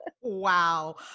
Wow